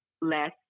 less